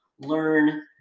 learn